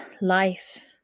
life